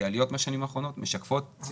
כי העליות מהשנים האחרונות משקפות סיטואציה רגילה.